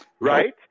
Right